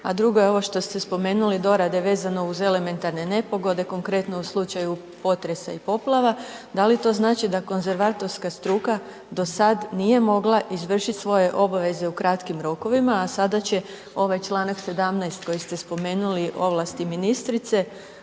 a drugo je ovo što ste spomenuli dorade vezano uz elementarne nepogode, konkretno u slučaju potresa i poplava. Da li to znači da konzervatorska struka do sad nije mogla izvršit svoje obaveze u kratkim rokovima, a sada će ovaj čl. 17. koji ste spomenuli, ovlasti ministrice,